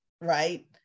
right